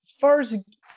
first